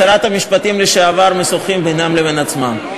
שרת המשפטים לשעבר משוחחים בינם לבין עצמם.